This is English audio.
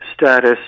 status